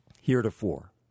heretofore